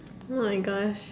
oh-my-Gosh